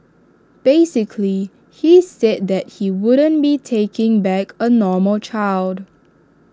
basically he said that he wouldn't be taking back A normal child